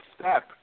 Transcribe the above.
step